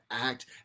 act